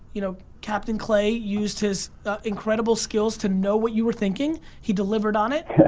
you know captain clay used his incredible skills to know what you were thinking, he delivered on it,